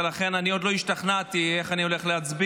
ולכן אני עוד לא השתכנעתי איך אני הולך להצביע.